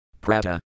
Prata